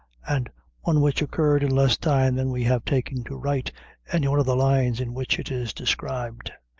and one which occurred in less time than we have taken to write any one of the lines in which it is described.